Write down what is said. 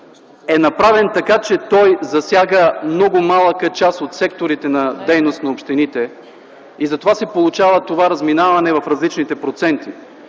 е направен така, че той засяга много малка част от секторите на дейност на общините и затова се получава това разминаване в различните проценти,